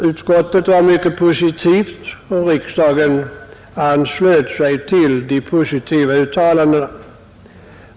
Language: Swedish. Utskottet var mycket positivt och riksdagen anslöt sig till de positiva uttalandena.